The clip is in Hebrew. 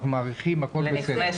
אנחנו מעריכים והכול בסדר.